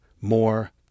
more